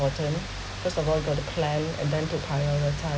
for planning first of all they will plan and then to prioritize